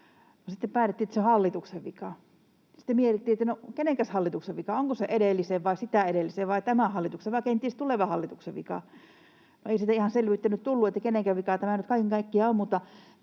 Sitten päätettiin, että se on hallituksen vika. Sitten mietittiin, että no, minkäs hallituksen vika: onko se edellisen vai sitä edellisen vai tämän hallituksen vai kenties tulevan hallituksen vika? Ei siitä ihan selvyyttä nyt tullut, kenenkä vika tämä kaiken kaikkiaan on,